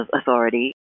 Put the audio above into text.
authority